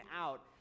out